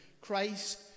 Christ